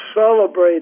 celebrate